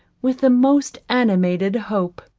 with the most animated hope.